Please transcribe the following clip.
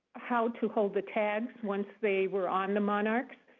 how to hold the tags once they were on the monarchs.